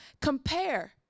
compare